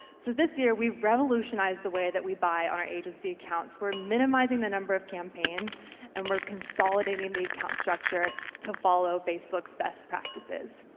so this year, we've revolutionised the way that we buy on our agency accounts. we're minimising the number of campaigns and we're consolidating the account structure to follow facebook's best practices,